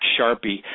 Sharpie